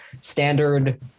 standard